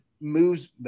moves